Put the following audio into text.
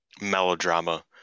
melodrama